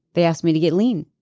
they asked me to get lean.